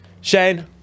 shane